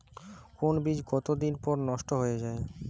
কোন বীজ কতদিন পর নষ্ট হয়ে য়ায়?